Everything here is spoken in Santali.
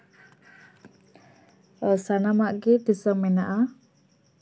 ᱥᱟᱱᱟᱢᱟᱜ ᱜᱮ ᱫᱤᱥᱟᱹ ᱢᱮᱱᱟᱜᱼᱟ